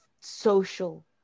social